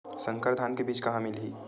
संकर धान के बीज कहां मिलही?